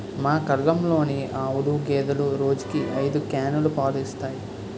మా కల్లంలోని ఆవులు, గేదెలు రోజుకి ఐదు క్యానులు పాలు ఇస్తాయి